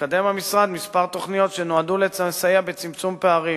מקדם המשרד כמה תוכניות שנועדו לסייע בצמצום פערים: